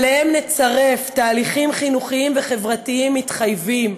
שאליהם נצרף תהליכים חינוכיים וחברתיים מתחייבים,